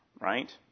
right